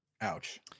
Ouch